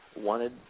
wanted